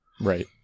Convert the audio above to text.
Right